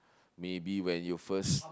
maybe when you first